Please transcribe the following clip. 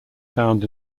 found